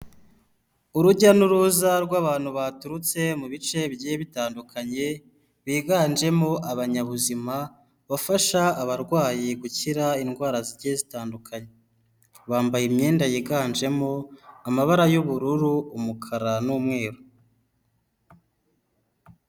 Urujya n'uruza rw'abantu baturutse mu bice bigiye bitandukanye, biganjemo abanyabuzima, bafasha abarwayi gukira indwara zigiye zitandukanye. Bambaye imyenda yiganjemo amabara y'ubururu, umukara n'umweru.